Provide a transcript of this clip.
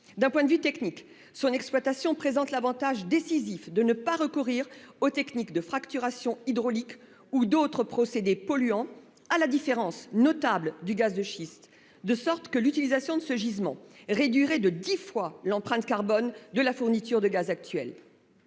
d'un point de vue technique, son exploitation présente l'Avantage décisif de ne pas recourir aux techniques de fracturation hydraulique ou d'autres procédés polluant. À la différence notable du gaz de schiste. De sorte que l'utilisation de ce gisement réduirait de 10 fois l'empreinte carbone de la fourniture de gaz.